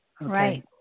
Right